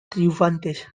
triunfantes